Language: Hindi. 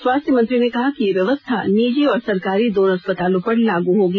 स्वास्थ्य मंत्री ने कहा कि यह व्यवस्था निजी और सरकारी दोनों अस्पतालों पर लागू होगी